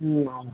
అవును